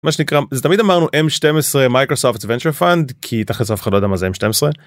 מה שנקרא זה תמיד אמרנו m12 Microsoft venture fund כי תאכלס אף אחד לא ידע מה זה m12